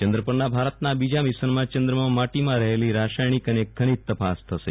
ચંદ્ર પરના ભારતના આ બી જા મિશનમાં ચં દ્રમાં માટીમાં રહેલી રસાયણિક અને ખનીજ તપાસ થશે